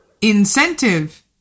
Incentive